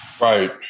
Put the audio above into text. Right